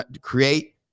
create